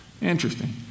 Interesting